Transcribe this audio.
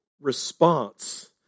response